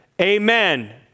Amen